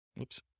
Oops